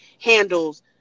handles